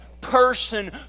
person